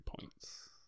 points